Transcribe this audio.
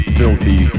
filthy